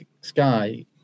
Sky